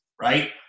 right